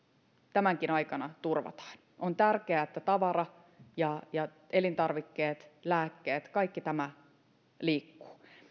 tämänkin aikana turvataan on tärkeää että tavara ja ja elintarvikkeet lääkkeet kaikki tämä liikkuvat